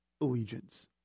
allegiance